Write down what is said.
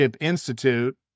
Institute